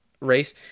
race